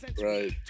Right